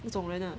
那种人 ah